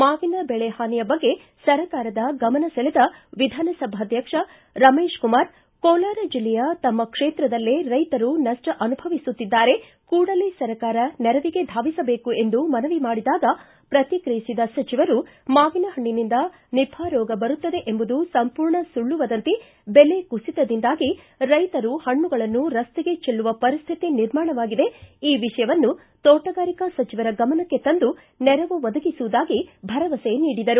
ಮಾವಿನ ಬೆಳೆ ಹಾನಿಯ ಬಗ್ಗೆ ಸರ್ಕಾರದ ಗಮನ ಸೆಳೆದ ವಿಧಾನಸಭಾಧ್ಯಕ್ಷ ರಮೇಶ್ಕುಮಾರ್ ಕೋಲಾರ ಜಿಲ್ಲೆಯ ತಮ್ಮ ಕ್ಷೇತ್ರದಲ್ಲೇ ರೈತರು ನಷ್ಟ ಅನುಭವಿಸುತ್ತಿದ್ದಾರೆ ಕೂಡಲೇ ಸರ್ಕಾರ ನೆರವಿಗೆ ಧಾವಿಸಬೇಕು ಎಂದು ಮನವಿ ಮಾಡಿದಾಗ ಪ್ರತಿಕ್ರಿಯಿಸಿದ ಸಚಿವರು ಮಾವಿನ ಪಣ್ಣಿನಿಂದ ನಿಫಾ ರೋಗ ಬರುತ್ತದೆ ಎಂಬುದು ಸಂಪೂರ್ಣ ಸುಳ್ಳು ವದಂತಿ ಬೆಲೆ ಕುಸಿತದಿಂದಾಗಿ ರೈತರು ಪಣ್ಣಗಳನ್ನು ರಸ್ತೆಗೆ ಚೆಲ್ಲುವ ಪರಿಸ್ತಿತಿ ನಿರ್ಮಾಣವಾಗಿದೆ ಈ ವಿಷಯವನ್ನು ತೋಟಗಾರಿಕಾ ಸಚಿವರ ಗಮನಕ್ಕೆ ತಂದು ನೆರವು ಒದಗಿಸುವುದಾಗಿ ಭರವಸೆ ನೀಡಿದರು